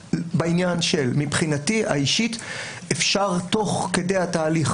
איתה בעניין שמבחינתי האישית אפשר תוך כדי התהליך,